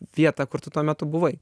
vietą kur tu tuo metu buvai